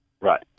right